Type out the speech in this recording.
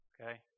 okay